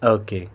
okay